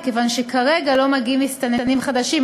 מכיוון שכרגע לא מגיעים מסתננים חדשים.